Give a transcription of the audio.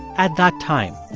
at that time.